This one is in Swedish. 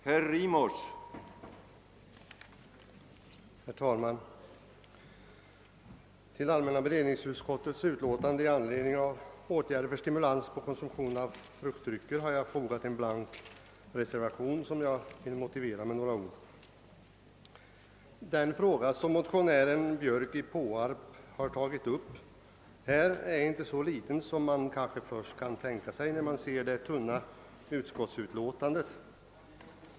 Herr talman! Till allmänna beredningsutskottets utlåtande i anledning av åtgärder för att stimulera konsumtionen av fruktdrycker har jag fogat en blank reservation som jag vill motivera med några ord. Den fråga som motionären herr Björk i Påarp har tagit upp är inte så liten som man kanske först kan förmoda när man ser det tunna utskottsutlåtandet.